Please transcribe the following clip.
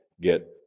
get